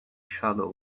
shadow